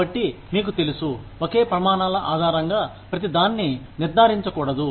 కాబట్టి మీకు తెలుసు ఒకే ప్రమాణాల ఆధారంగా ప్రతి దాన్ని నిర్ధారించకూడదు